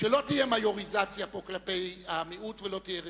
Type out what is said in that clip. שלא תהיה מיוריזציה פה כלפי המיעוט ולא תהיה רמיסתו.